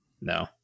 no